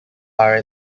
are